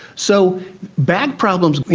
so back problems,